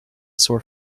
sore